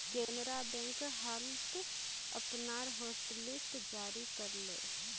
Canara bank हाल त अपनार हॉटलिस्ट जारी कर ले